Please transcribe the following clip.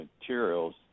materials